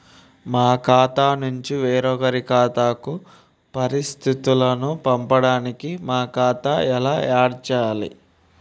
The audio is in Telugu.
మా ఖాతా నుంచి వేరొక ఖాతాకు పరిస్థితులను పంపడానికి మా ఖాతా ఎలా ఆడ్ చేయాలి?